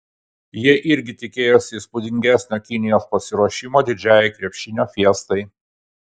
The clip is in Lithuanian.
jie irgi tikėjosi įspūdingesnio kinijos pasiruošimo didžiajai krepšinio fiestai